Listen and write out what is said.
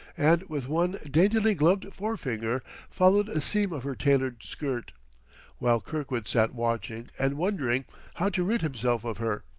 and with one daintily gloved forefinger followed a seam of her tailored skirt while kirkwood sat watching and wondering how to rid himself of her,